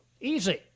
Easy